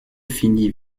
finit